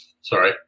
sorry